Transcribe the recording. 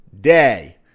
day